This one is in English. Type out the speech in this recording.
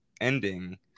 ending